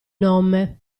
nome